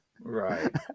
Right